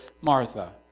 Martha